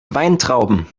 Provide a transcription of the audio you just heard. weintrauben